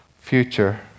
future